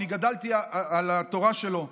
אני גדלתי על התורה שלו,